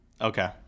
Okay